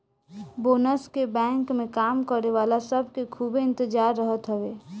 bonus के bank में काम करे वाला सब के खूबे इंतजार रहत हवे